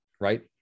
right